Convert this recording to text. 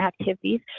activities